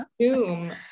assume